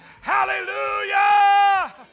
Hallelujah